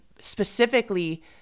specifically